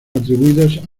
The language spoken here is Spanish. atribuidas